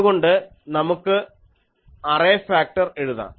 അതുകൊണ്ട് നമുക്ക് array factor എഴുതാം